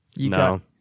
No